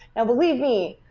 and believe me,